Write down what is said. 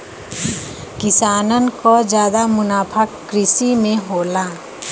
किसानन क जादा मुनाफा कृषि में होला